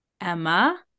Emma